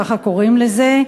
ככה קוראים לזה,